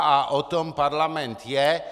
A o tom parlament je.